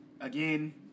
again